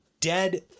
dead